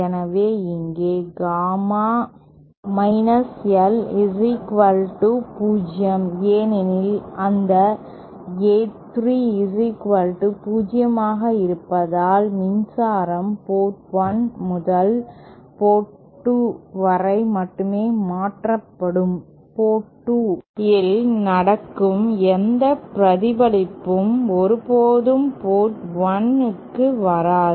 எனவே இங்கே gamma L 0 ஏனெனில் அந்த A30 ஆக இருப்பதால் மின்சாரம் போர்ட் 1 முதல் போர்ட் 2 வரை மட்டுமே மாற்றப்படும் போர்ட் 2 இல் நடக்கும் எந்த பிரதிபலிப்பும் ஒருபோதும் போர்ட் 1 க்கு வராது